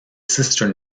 sister